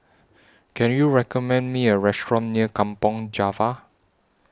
Can YOU recommend Me A Restaurant near Kampong Java